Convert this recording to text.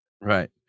right